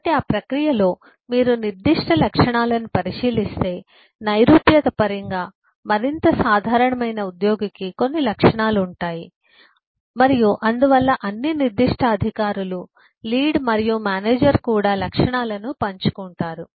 కాబట్టి ఆ ప్రక్రియలో మీరు నిర్దిష్ట లక్షణాలను పరిశీలిస్తే నైరూప్యత పరంగా మరింత సాధారణమైన ఉద్యోగికి కొన్ని లక్షణాలు ఉంటాయి మరియు అందువల్ల అన్ని నిర్దిష్ట అధికారులు లీడ్ మరియు మేనేజర్ కూడా లక్షణాలను పంచుకుంటారు